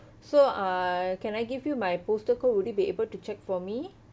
so uh can I give you my postal code would you be able to check for me